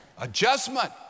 Adjustment